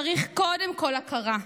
צריך קודם כול הכרה.